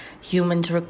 humans